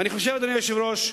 אדוני היושב-ראש,